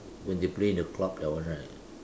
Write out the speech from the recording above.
when they play in the club that one right